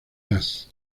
jazz